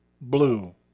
blue